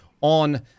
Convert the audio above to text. on